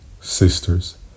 sisters